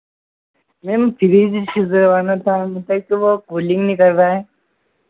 ma'am fridge सही करवाना था मतलब कि वह कूलिन्ग नहीं कर रहा है